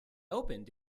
opened